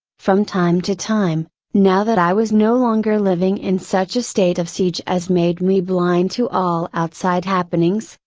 from time to time, now that i was no longer living in such a state of siege as made me blind to all outside happenings,